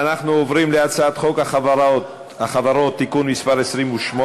אנחנו עוברים להצעת חוק החברות (תיקון מס' 28),